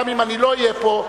גם אם אני לא אהיה פה,